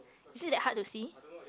is it that hard to see